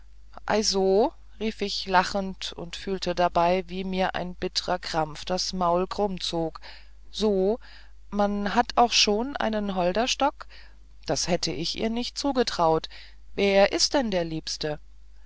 so rief ich lachend und fühlte dabei wie mir ein bittrer krampf das maul krumm zog so man hat auch schon seinen holderstock das hätt ich ihr nicht zugetraut wer ist denn der liebste